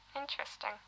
Interesting